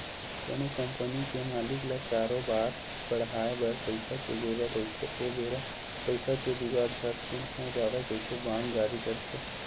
कोनो कंपनी के मालिक ल करोबार बड़हाय बर पइसा के जरुरत रहिथे ओ बेरा पइसा के जुगाड़ झटकून हो जावय कहिके बांड जारी करथे